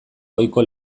ohiko